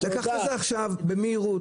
לקחת את זה עכשיו במהירות,